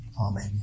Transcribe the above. Amen